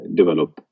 develop